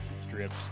Strips